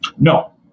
No